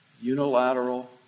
unilateral